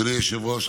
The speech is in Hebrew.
אדוני היושב-ראש,